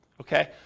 okay